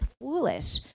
foolish